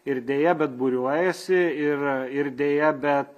ir deja bet būriuojasi ir ir deja bet